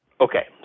Okay